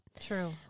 true